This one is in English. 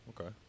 Okay